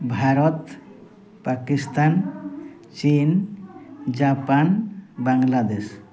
ଭାରତ ପାକିସ୍ତାନ୍ ଚୀନ୍ ଜାପାନ୍ ବାଂଲାଦେଶ୍